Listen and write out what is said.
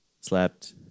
slept